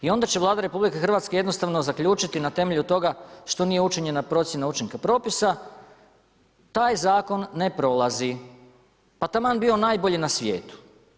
I onda će Vlada Republike Hrvatske jednostavno zaključiti na temelju toga što nije učinjena procjena učinka propisa taj zakon ne prolazi, pa taman bio najbolji na svijetu.